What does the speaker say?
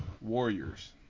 Warriors